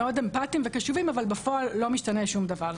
הם מאוד אמפתיים וקשובים אבל בפועל לא משתנה שום דבר.